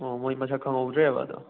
ꯑꯣ ꯃꯣꯏ ꯃꯁꯛ ꯈꯪꯍꯧꯗ꯭ꯔꯦꯕ ꯑꯗꯣ